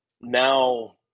now